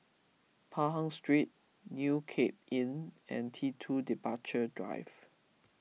Pahang Street New Cape Inn and T two Departure Drive